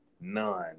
None